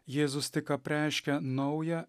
jėzus tik apreiškia naują